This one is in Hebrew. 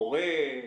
מורה,